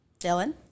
Dylan